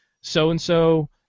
so-and-so